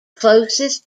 closest